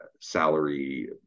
salary